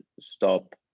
stop